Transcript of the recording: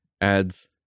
adds